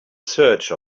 search